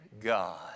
God